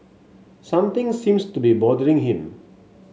something seems to be bothering him